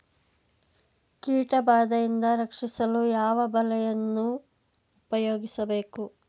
ಕೀಟಬಾದೆಯಿಂದ ರಕ್ಷಿಸಲು ಯಾವ ಬಲೆಯನ್ನು ಉಪಯೋಗಿಸಬೇಕು?